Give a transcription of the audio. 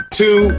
two